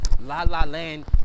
la-la-land